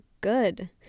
good